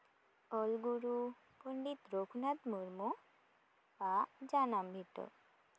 ᱚᱞᱜᱩᱨᱩ ᱯᱚᱱᱰᱤᱛ ᱨᱚᱜᱷᱩᱱᱟᱛᱷ ᱢᱩᱨᱢᱩ ᱟᱜ ᱡᱟᱱᱟᱢ ᱵᱷᱤᱴᱟᱹ